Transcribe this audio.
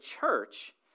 church